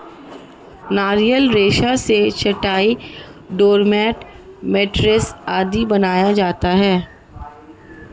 नारियल रेशा से चटाई, डोरमेट, मैटरेस आदि बनाया जाता है